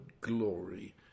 glory